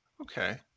Okay